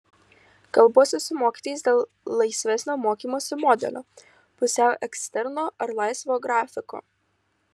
kalbuosi su mokytojais dėl laisvesnio mokymosi modelio pusiau eksterno ar laisvo grafiko